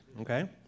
Okay